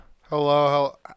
hello